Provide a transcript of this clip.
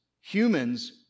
Humans